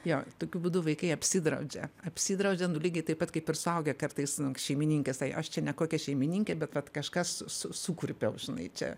jo tokiu būdu vaikai apsidraudžia apsidraudžia nu lygiai taip pat kaip ir suaugę kartais šeimininkės tai aš čia ne kokia šeimininkė bet vat kažką su su sukurpiau žinai čia